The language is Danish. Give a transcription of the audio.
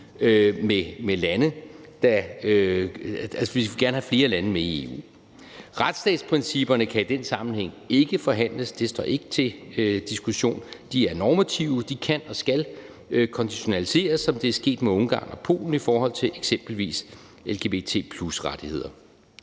altså gerne have flere lande med i EU. Retsstatsprincipperne kan i den sammenhæng ikke forhandles; det står ikke til diskussion. De er normative; de kan og skal konditionaliseres, som det er sket med Ungarn og Polen i forhold til eksempelvis lgbt+-rettigheder.